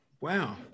Wow